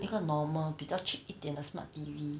一个 normal 比较 cheap 一点的 smart T_V